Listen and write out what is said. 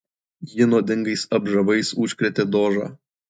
ji nuodingais apžavais užkrėtė dožą